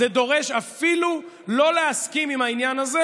זה דורש אפילו לא להסכים עם העניין הזה